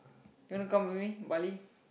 you wanna come with me Bali